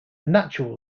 natural